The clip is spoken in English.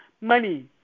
money